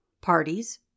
parties